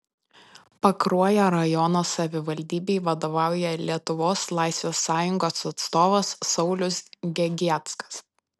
pakruojo rajono savivaldybei vadovauja lietuvos laisvės sąjungos atstovas saulius gegieckas